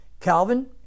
Calvin